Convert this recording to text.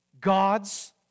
God's